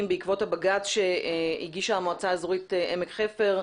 בעקבות הבג"צ שהגישה המועצה האזורית עמק חפר.